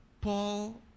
Paul